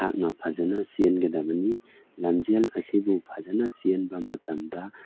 ꯑꯩꯍꯥꯛꯅ ꯐꯖꯅ ꯆꯦꯟꯒꯗꯕꯅꯤ ꯂꯝꯖꯦꯟ ꯑꯁꯤꯕꯨ ꯐꯖꯅ ꯆꯦꯟꯕ ꯃꯇꯝꯗ